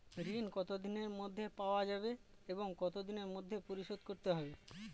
ঋণ কতদিনের মধ্যে পাওয়া যাবে এবং কত দিনের মধ্যে পরিশোধ করতে হবে?